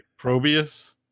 Probius